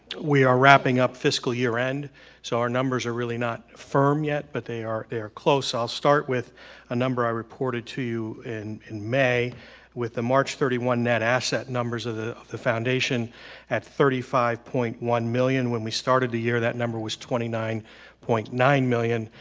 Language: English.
we are wrapping up fiscal year end so our numbers are really not firm yet but they are they're close i'll start with a number i reported to you in in may with the march thirty one net asset numbers of the of the foundation at thirty five point one million when we started the year that number was twenty nine point nine million.